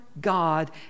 God